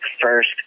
first